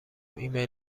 ایمیل